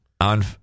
on